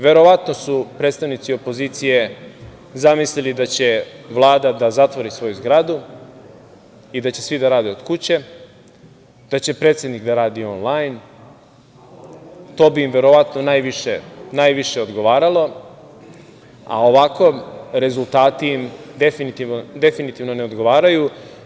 Verovatno su predstavnici opozicije zamislili da će Vlada da zatvori svoju zgradu i da će svi da rade od kuće, da će predsednik da radi onlajn, to bi im verovatno najviše odgovaralo, a ovako rezultati im definitivno ne odgovaraju.